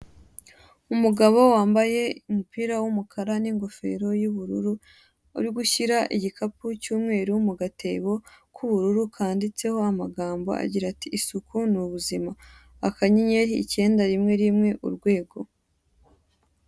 Umugabo wambaye umupira w'umukara n'ingofero y'ubururu, uri gushyira ikigapu cy'umweru mu gatebo k'ubururu, kanditseho amagambo agira ati "isuku ni ubuzima." Akanyenyeri, icyenda, rimwe, rimwe, urwego.